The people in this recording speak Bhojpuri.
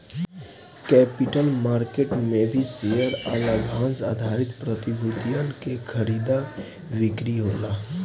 कैपिटल मार्केट में भी शेयर आ लाभांस आधारित प्रतिभूतियन के खरीदा बिक्री होला